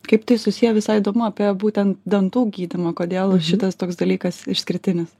kaip tai susiję visai įdomu apie būtent dantų gydymą kodėl šitas toks dalykas išskirtinis